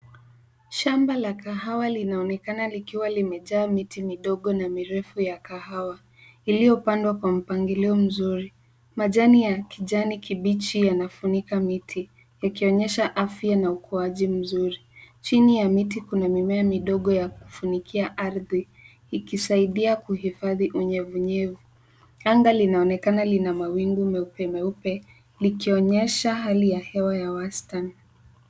Shamba la kahawa linaonekana likiwa limejaa miti midogo na mirefu ya kahawa iliyopandwa kwa mpangilio mzuri. Majani ya kijani kibichi yanafunika miti, yakionyesha afya na ukuaji mzuri. Chini ya miti kuna mimea midogo ya kufunikia ardhi ikisaidia kuhifadhi unyevunyevu. Anga linaonekana lina mawingu meupe, meupe likionyesha hali ya hewa ya wastani.